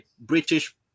British